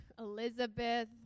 Elizabeth